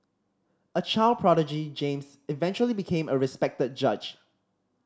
a child prodigy James eventually became a respected judge